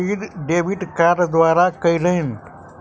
ओ सब सामग्री खरीद डेबिट कार्ड द्वारा कयलैन